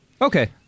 Okay